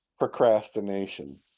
procrastination